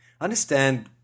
understand